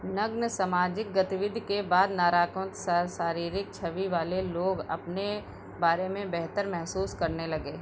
नग्न समाजिक गतिविध के बाद नराकोन शारीरिक छवि वाले लोग अपने बारे में बेहतर महसूस करने लगे